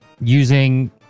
Using